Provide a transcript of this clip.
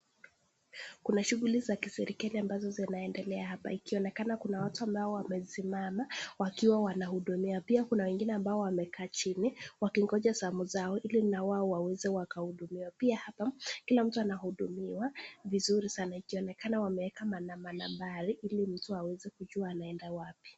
Kuna shughuli za kiserikali ambazo zinaendelea hapa, ikionekana kuna watu ambao wamesimama wakiwa wanahudumia. Pia kuna wengine ambao wamekaa chini wakigonja zamu zao ili na wao waweze wakahudumia. Pia hapa kila mtu anahudumiwa vizuri sana ikionekana wameeka manambari ili mtu aweze kujua anaeda wapi.